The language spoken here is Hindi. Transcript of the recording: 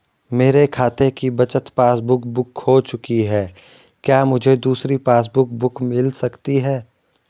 मेरे खाते की बचत पासबुक बुक खो चुकी है क्या मुझे दूसरी पासबुक बुक मिल सकती है?